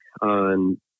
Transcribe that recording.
on